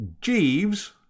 Jeeves